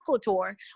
tour